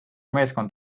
meeskond